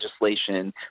legislation